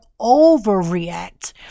overreact